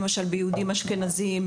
ביהודים אשכנזים,